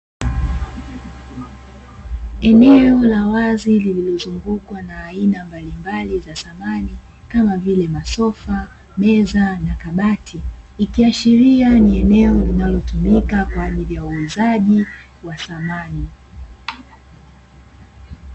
Eneo la wazi lililozungukwa na aina mbalimbali za samani kama vile masofa, meza na kabati ikiashiria ni eneo linalotumika kwa ajili ya uuzaji wa samani.